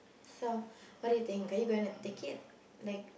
so what do you think are you going to take it like